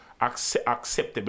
acceptable